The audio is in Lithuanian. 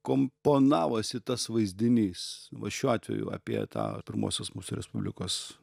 komponavosi tas vaizdinys va šiuo atveju apie tą pirmosios mūsų respublikos